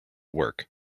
work